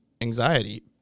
anxiety